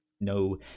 no